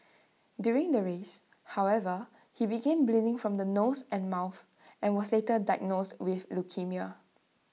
during the race however he began bleeding from the nose and mouth and was later diagnosed with leukaemia